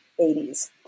80s